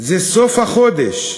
זה סוף החודש,